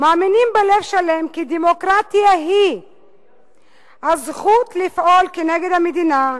מאמינים בלב שלם כי דמוקרטיה היא הזכות לפעול כנגד המדינה,